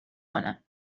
کنم